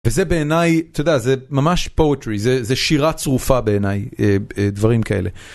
וזה בעיניי, אתה יודע, זה ממש poetry, זה שירה צרופה בעיניי, דברים כאלה.